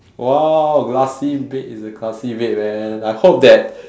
!wow! glassy bed is a classy bed man I hope that